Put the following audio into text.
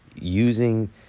using